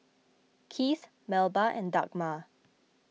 Keith Melba and Dagmar